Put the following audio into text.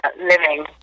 living